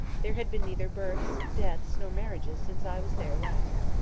there had been neither births, deaths, nor marriages since i was there last.